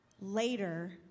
Later